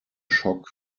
schock